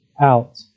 out